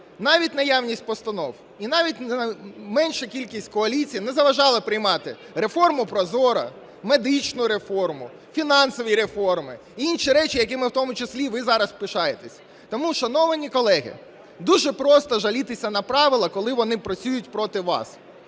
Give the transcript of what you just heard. навіть наявність постанов і навіть менша кількість коаліцій не заважала приймати реформу ProZorro, медичну реформу, фінансові реформи, інші речі, якими в тому числі ви зараз пишаєтеся. Тому, шановані колеги, дуже просто жалітися на правила, коли вони працюють проти вас.